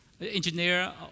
engineer